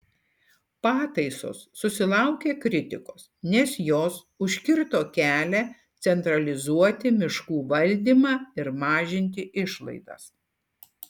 pataisos susilaukė kritikos nes jos užkirto kelią centralizuoti miškų valdymą ir mažinti išlaidas